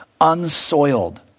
unsoiled